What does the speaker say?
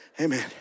Amen